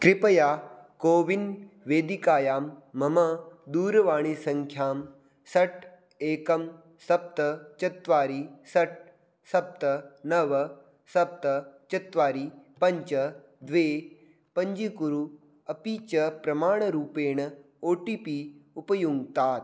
कृपया कोविन् वेदिकायां मम दूरवाणीसङ्ख्यां षट् एकं सप्त चत्वारि षट् सप्त नव सप्त चत्वारि पञ्च द्वे पञ्जीकुरु अपि च प्रमाणरूपेण ओ टि पि उपयुङ्क्तात्